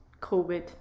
COVID